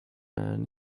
man